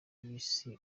bisi